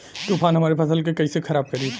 तूफान हमरे फसल के कइसे खराब करी?